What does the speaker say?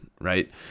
right